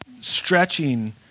stretching